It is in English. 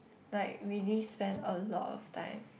like really spend a lot of time